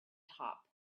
top